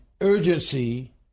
urgency